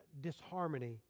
disharmony